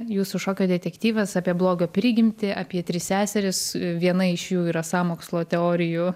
jūsų šokio detektyvas apie blogio prigimtį apie tris seseris viena iš jų yra sąmokslo teorijų